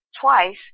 twice